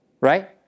Right